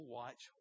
watch